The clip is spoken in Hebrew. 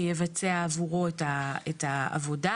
שיבצע עבורו את העבודה.